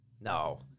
No